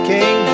King